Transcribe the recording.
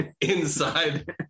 inside